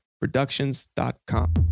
Productions.com